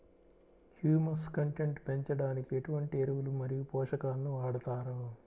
Humus content పెంచడానికి ఎటువంటి ఎరువులు మరియు పోషకాలను వాడతారు?